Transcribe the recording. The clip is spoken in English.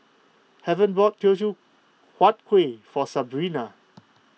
heaven bought Teochew Huat Kuih for Sabrina